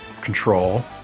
control